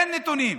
אין נתונים.